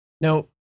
Now